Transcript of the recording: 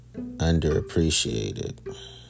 underappreciated